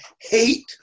hate